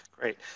Great